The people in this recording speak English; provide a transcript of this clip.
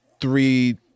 three